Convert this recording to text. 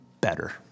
better